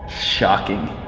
shocking